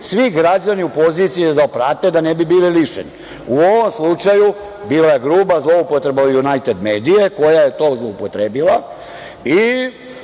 svi građani u poziciji da prate da ne bi bili lišeni. U ovom slučaju je bila grupa zloupotreba „Junajted medije“ koja je to zloupotrebila